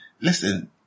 listen